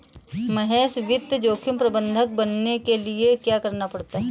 महेश वित्त जोखिम प्रबंधक बनने के लिए क्या करना पड़ता है?